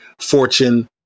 fortune